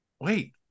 wait